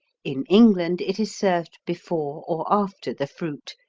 in england it is served before or after the fruit,